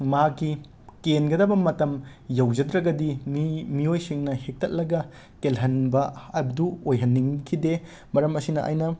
ꯃꯍꯥꯛꯀꯤ ꯀꯦꯟꯒꯗꯕ ꯃꯇꯝ ꯌꯧꯖꯗ꯭ꯔꯒꯗꯤ ꯃꯤ ꯃꯤꯑꯣꯏꯁꯤꯡꯅ ꯍꯦꯛꯇꯠꯂꯒ ꯀꯦꯜꯍꯟꯕ ꯑꯗꯨ ꯑꯣꯏꯍꯟꯅꯤꯡꯈꯤꯗꯦ ꯃꯔꯝ ꯑꯁꯤꯅ ꯑꯩꯅ